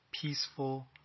peaceful